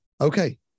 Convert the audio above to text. okay